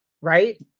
right